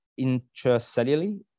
intracellularly